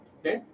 okay